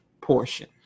portion